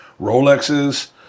Rolexes